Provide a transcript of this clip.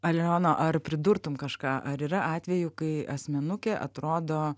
aliona ar pridurtum kažką ar yra atvejų kai asmenukė atrodo